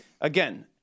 again